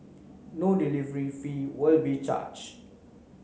no delivery fee will be charge